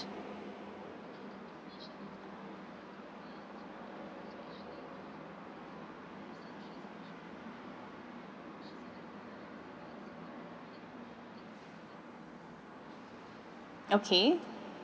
okay